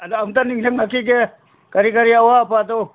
ꯑꯗꯣ ꯑꯝꯇ ꯅꯤꯡꯖꯪꯉꯛꯈꯤꯒꯦ ꯀꯔꯤ ꯀꯔꯤ ꯑꯋꯥꯠ ꯑꯄꯥꯗꯣ